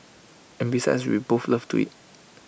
and besides we both love to eat